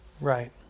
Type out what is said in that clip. Right